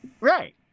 Right